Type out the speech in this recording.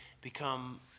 become